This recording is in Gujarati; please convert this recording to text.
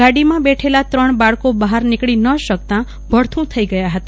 ગાડીમાં બેઠેલા ત્રણ બાળકો બહાર નકળી ન શકતા ભડથું થઈ ગયા હતા